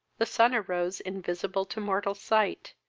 the sun arose invisible to mortal sight,